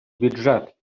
бюджет